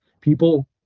people